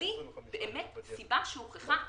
בלי סיבה שהוכחה אמיתית?